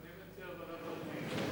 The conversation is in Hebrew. אני מציע ועדת הפנים.